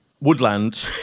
Woodland